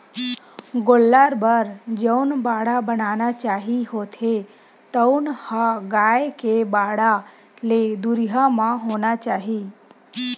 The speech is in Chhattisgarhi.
गोल्लर बर जउन बाड़ा बनाना चाही होथे तउन ह गाय के बाड़ा ले दुरिहा म होना चाही